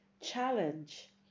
challenge